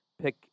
pick